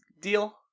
deal